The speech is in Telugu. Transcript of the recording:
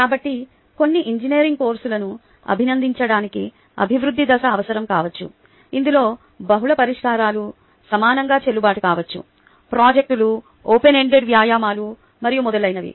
కాబట్టి కొన్ని ఇంజనీరింగ్ కోర్సులను అభినందించడానికి అభివృద్ధి దశ అవసరం కావచ్చు ఇందులో బహుళ పరిష్కారాలు సమానంగా చెల్లుబాటు కావచ్చు ప్రాజెక్టులు ఓపెన్ ఎండ్ వ్యాయామాలు మరియు మొదలైనవి